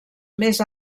més